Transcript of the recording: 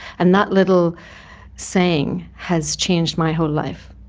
and that little saying has changed my whole life.